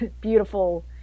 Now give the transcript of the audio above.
beautiful